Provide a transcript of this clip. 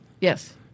Yes